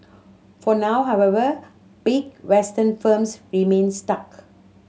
for now however big Western firms remain stuck